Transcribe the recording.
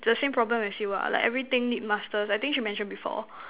the same problem as you ah like everything need masters I think she mention before